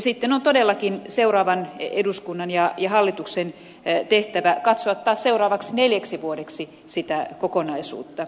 sitten on todellakin seuraavan eduskunnan ja hallituksen tehtävä katsoa taas seuraavaksi neljäksi vuodeksi sitä kokonaisuutta